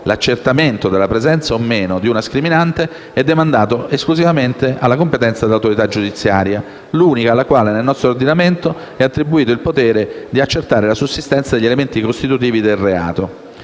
L'accertamento della presenza o no di una scriminante è demandato all'esclusiva competenza dell'autorità giudiziaria, l'unica alla quale nel nostro ordinamento è attribuito il potere di accertare la sussistenza degli elementi costituitivi del reato